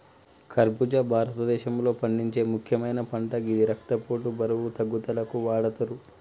ఖర్బుజా భారతదేశంలో పండించే ముక్యమైన పంట గిది రక్తపోటు, బరువు తగ్గుదలకు వాడతరు